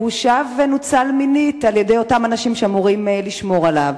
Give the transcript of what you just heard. הוא שב ונוצל מינית על-ידי אותם אנשים שאמורים לשמור עליו.